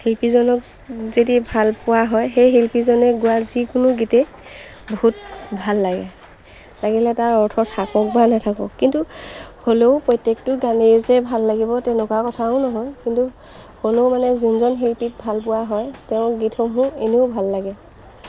শিল্পীজনক যদি ভাল পোৱা হয় সেই শিল্পীজনে গোৱা যিকোনো গীতেই বহুত ভাল লাগে লাগিলে তাৰ অৰ্থ থাকক বা নাথাকক কিন্তু হ'লেও প্ৰত্যেকটো গানেই যে ভাল লাগিব তেনেকুৱা কথাও নহয় কিন্তু হ'লেও মানে যোনজন শিল্পীক ভাল পোৱা হয় তেওঁৰ গীতসমূহ এনেও ভাল লাগে